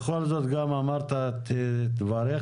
בכל זאת אמרת את דבריך.